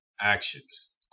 actions